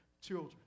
children